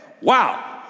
wow